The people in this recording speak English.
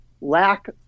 lack